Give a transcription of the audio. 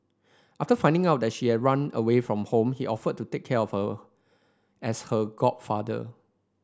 after finding out that she had run away from home he offered to take care for her as her godfather